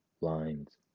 lines